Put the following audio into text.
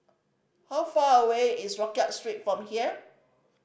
how far away is Rodyk Street from here